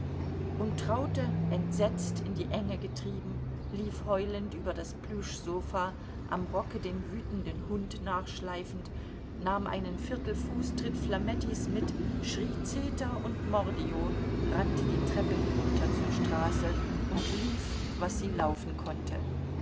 und traute entsetzt in die enge getrieben lief heulend über das plüschsofa am rocke den wütenden hund nachschleifend nahm einen viertel fußtritt flamettis mit schrie zeter und mordio rannte die treppe hinunter zur straße und lief was sie laufen konnte